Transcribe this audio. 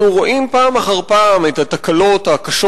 אנחנו רואים פעם אחר פעם את התקלות הקשות